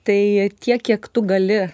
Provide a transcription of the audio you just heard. tai tiek kiek tu gali